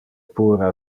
puera